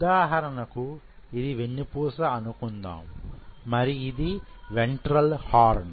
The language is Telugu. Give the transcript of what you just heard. ఉదాహరణకు ఇది వెన్నుపూస అనుకుందాం మరి ఇది వెంట్రల్ హార్న్